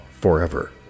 Forever